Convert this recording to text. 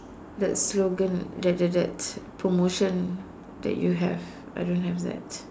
the slogan that that that promotion that you have I don't have that